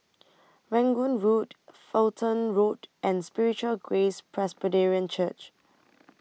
Rangoon Road Fulton Road and Spiritual Grace Presbyterian Church